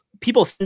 People